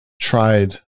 tried